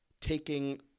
taking